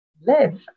live